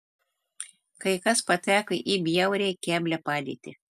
kai kas pateko į bjauriai keblią padėtį